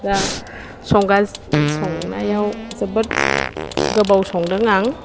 दा संगा संनायाव जोबोद गोबाव संदों आं